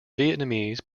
vietnamese